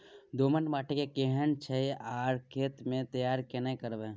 दोमट माटी केहन होय छै आर खेत के तैयारी केना करबै?